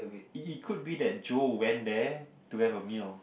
it could be that Joe went there to have a meal